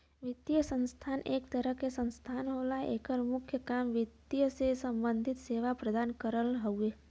वित्तीय संस्था एक तरह क संस्था होला एकर मुख्य काम वित्त से सम्बंधित सेवा प्रदान करना हउवे